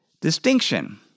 distinction